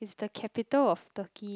is the capital of Turkey